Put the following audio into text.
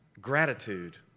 gratitude